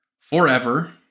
forever